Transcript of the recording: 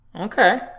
Okay